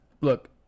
look